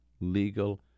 legal